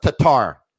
Tatar